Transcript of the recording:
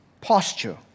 posture